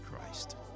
Christ